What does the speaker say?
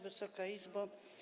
Wysoka Izbo!